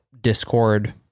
discord